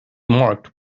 marked